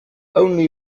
only